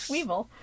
Weevil